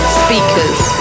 speakers